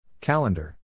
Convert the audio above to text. Calendar